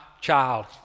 child